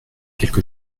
quelque